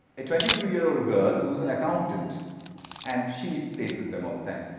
a twenty two year old girl who was an accountant and she played with them all the time.